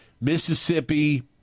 Mississippi